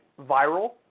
viral